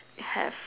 have